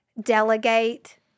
Delegate